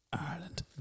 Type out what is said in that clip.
Ireland